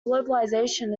globalisation